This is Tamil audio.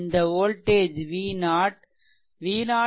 இந்த வோல்டேஜ் v0